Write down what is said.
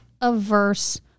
averse